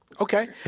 Okay